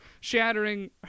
shattering